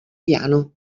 piano